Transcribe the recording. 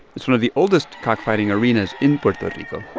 it's one of the oldest cockfighting arenas in puerto rico